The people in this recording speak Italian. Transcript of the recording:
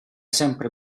sempre